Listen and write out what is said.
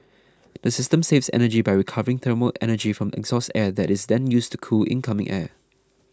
the system saves energy by recovering thermal energy from exhaust air that is then used to cool incoming air